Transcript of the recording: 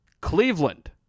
Cleveland